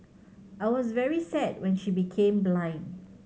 I was very sad when she became blind